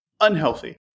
Unhealthy